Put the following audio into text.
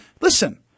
listen